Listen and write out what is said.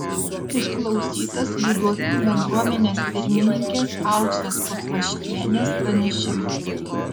išklausytas lyduokių bendruomenės pirmininkės auksės pusvaškienės pranešimas